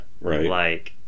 right